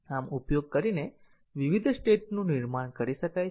આમ ઉપયોગ કરીને વિવિધ સ્ટેટનું નિર્માણ કરી શકાય છે